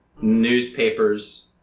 Newspapers